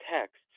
texts